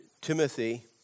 Timothy